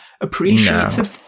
Appreciated